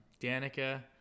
Danica